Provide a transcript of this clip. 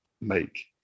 make